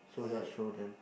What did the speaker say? so just show them